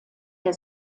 der